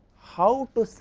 how to